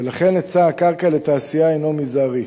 ולכן היצע הקרקע לתעשייה מזערי.